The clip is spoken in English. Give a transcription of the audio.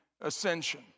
ascension